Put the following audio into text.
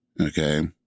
okay